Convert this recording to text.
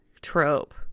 trope